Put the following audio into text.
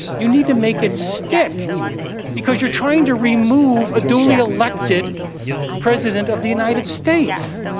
you need to make it stick because you're trying to remove a duly elected president of the united states.